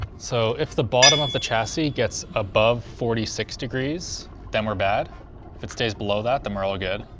so if the bottom of the chassis gets above forty six degrees then we're bad, if it stays below that then we're all good.